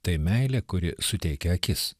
tai meilė kuri suteikia akis